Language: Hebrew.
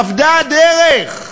אבדה הדרך.